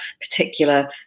particular